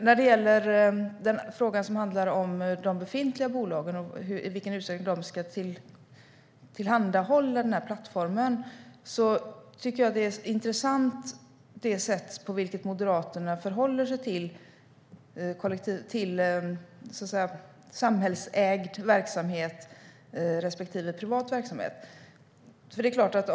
När det gäller den fråga som handlar om de befintliga bolagen och i vilken utsträckning de ska tillhandahålla denna plattform tycker jag att det sätt på vilket Moderaterna förhåller sig till samhällsägd verksamhet respektive privat verksamhet är intressant.